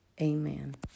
Amen